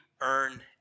earn